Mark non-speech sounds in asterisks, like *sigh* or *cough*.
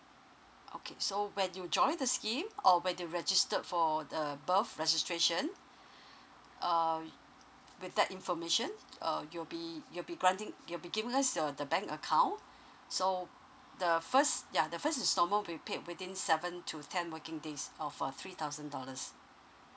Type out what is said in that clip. okay so when you join the scheme or when you register for the above registration *breath* um with that information err you'll be you'll be granting you'll be giving us your the bank account so the first ya the first installment we paid within seven to ten working days uh for three thousand dollars